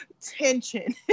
tension